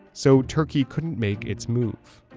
so turkey couldn't make its move.